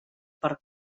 per